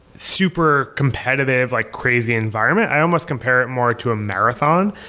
super competitive, like crazy environment. i almost compare it more to a marathon.